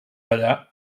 allà